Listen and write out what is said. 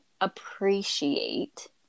appreciate